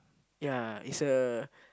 ya it's a